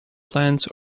plants